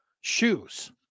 shoes